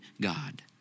God